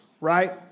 right